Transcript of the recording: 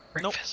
Nope